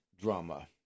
Drama